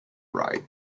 write